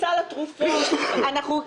בגלל סל התרופות וכו'.